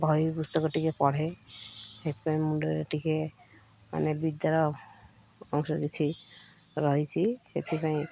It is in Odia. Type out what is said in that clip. ବହି ପୁସ୍ତକ ଟିକେ ପଢ଼େ ସେଥିପାଇଁ ମୁଣ୍ଡରେ ଟିକେ ମାନେ ବିଦ୍ୟାର ଅଂଶ କିଛି ରହିଛି ସେଥିପାଇଁ